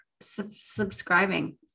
subscribing